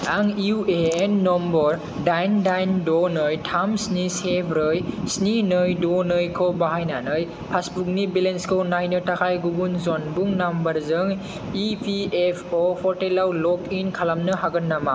आं UAN number दाइन दाइन द' नै थाम स्नि से ब्रै स्नि नै द' नै खौ बाहायनानै पासबुकनि बेलेन्सखौ नायनो थाखाय गुबुन जनबुं नम्बरजों इपिएफअ' पर्टेलाव लग इन खालामनो हागोन नामा